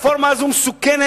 אקס-אופיציו.